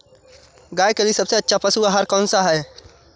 गाय के लिए सबसे अच्छा पशु आहार कौन सा है?